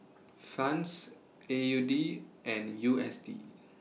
Franc A U D and U S D